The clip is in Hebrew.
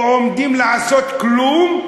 או עומדים לעשות כלום,